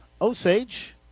Osage